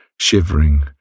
shivering